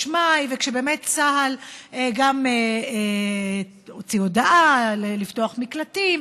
מאי וכשבאמת צה"ל גם הוציא הודעה לפתוח מקלטים,